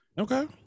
okay